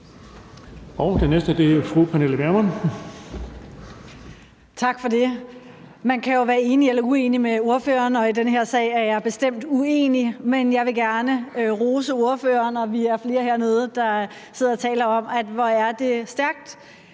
Vermund. Kl. 13:28 Pernille Vermund (NB): Tak for det. Man kan jo være enig eller uenig med ordføreren, og i den her sag er jeg bestemt uenig, men jeg vil gerne rose ordføreren, og vi er flere, der sidder hernede og taler om, hvor stærkt